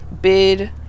bid